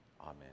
Amen